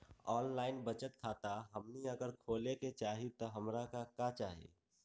Online बचत खाता हमनी अगर खोले के चाहि त हमरा का का चाहि?